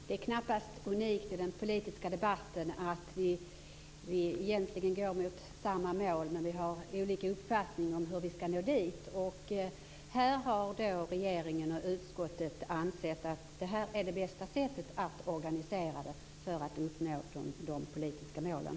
Fru talman! Det är knappast unikt i den politiska debatten att vi egentligen arbetar mot samma mål men att vi har olika uppfattning om hur vi skall nå dit. Här har regeringen och utskottet ansett att detta är det bästa sättet att organisera detta för att uppnå de politiska målen.